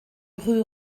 rue